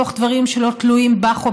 מתוך דברים שלא תלויים בך,